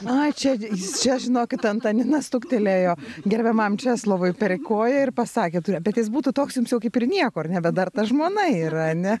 ai čia čia žinokit antanina stuktelėjo gerbiamam česlovui per koją ir pasakė turi bet jis būtų toks jums jau kaip ir nieko bet dar žmona yra ar ne